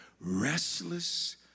restless